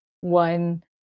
one